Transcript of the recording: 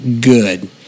good